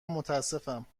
متاسفم